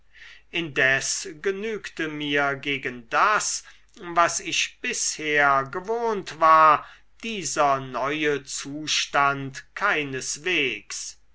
indessen genügte mir gegen das was ich bisher gewohnt war dieser neue zustand keineswegs